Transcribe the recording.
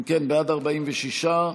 אם כן, בעד, 46,